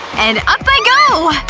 and up i go!